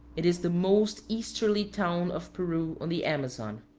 it is the most easterly town of peru on the amazon.